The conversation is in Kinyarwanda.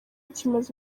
kimaze